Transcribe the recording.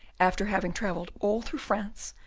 after having travelled all through france,